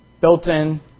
Built-in